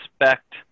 expect